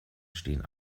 stehen